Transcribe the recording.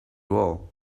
wall